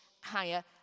higher